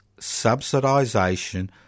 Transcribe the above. subsidisation